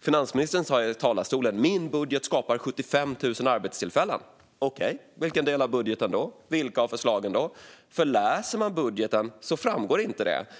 Finansministern sa i talarstolen att hennes budget skapar 75 000 arbetstillfällen. Okej, vilken del av budgeten och vilka av förslagen? Om man läser budgeten framgår inte detta.